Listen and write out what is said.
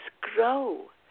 grow